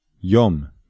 yom